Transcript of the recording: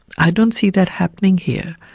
i don't see that happening here.